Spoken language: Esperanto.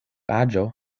aĝo